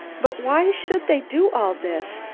but why should they do all this?